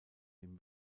ihm